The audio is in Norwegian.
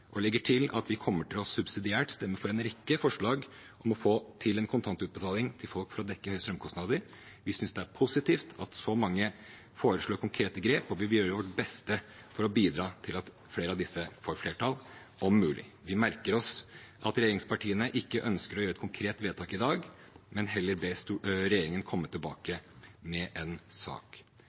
og legger til at vi subsidiært kommer til å stemme for en rekke forslag om å få til en kontantutbetaling til folk for å dekke høye strømkostnader. Vi synes det er positivt at så mange foreslår konkrete grep, og vi vil gjøre vårt beste for å bidra til at flere av disse får flertall, om mulig. Vi merker oss at regjeringspartiene ikke ønsker å gjøre et konkret vedtak i dag, men heller ber regjeringen komme tilbake med en sak.